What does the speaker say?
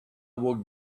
walked